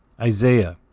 Isaiah